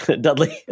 Dudley